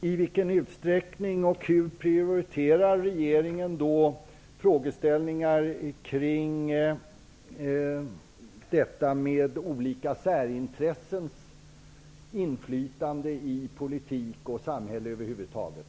Fru talman! I vilken utsträckning och hur prioriterar regeringen frågor kring detta med olika särintressens inflytande på politik och samhälle över huvud taget?